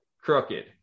crooked